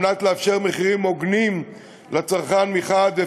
כדי לאפשר מחירים הוגנים לצרכן מחד גיסא